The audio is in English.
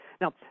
Now